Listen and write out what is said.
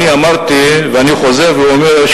אני אמרתי ואני חוזר ואומר,